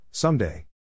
Someday